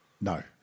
No